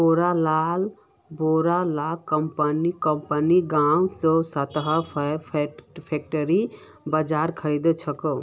बोरो ला कंपनि गांव स सस्तात फॉक्सटेल बाजरा खरीद छेक